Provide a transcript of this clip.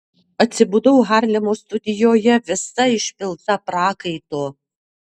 atsibudau harlemo studijoje visa išpilta prakaito